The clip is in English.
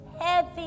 heavy